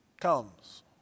comes